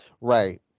right